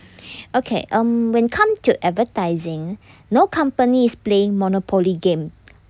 okay um when come to advertising no company is playing monopoly game